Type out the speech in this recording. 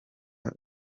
ubwe